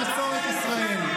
אתם שונאי ישראל,